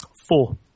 Four